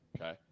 Okay